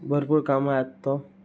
भरपूर कामां येता तो